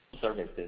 services